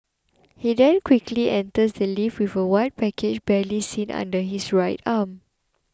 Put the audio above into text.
he then quickly enters the lift with a white package barely seen tucked under his right arm